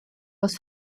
was